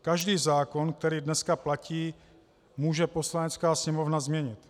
Každý zákon, který dneska platí, může Poslanecká sněmovna změnit.